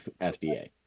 FDA